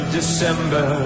December